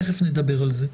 תכף נדבר על זה.